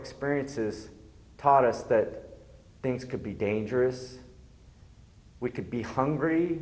experience has taught us that things could be dangerous we could be hungry